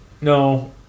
No